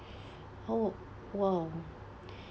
oh !wow!